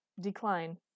Decline